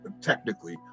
technically